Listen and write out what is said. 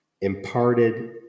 imparted